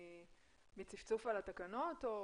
מצפצוף על התקנות או